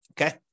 Okay